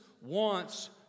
wants